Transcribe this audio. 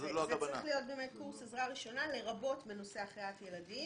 זה צריך להיות קורס עזרה ראשונה לרבות בנושא החייאת ילדים.